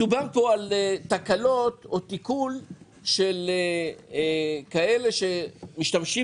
מדובר פה על תקלות או תיקול של כאלה שמשתמשים